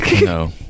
no